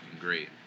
great